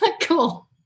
Cool